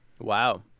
wow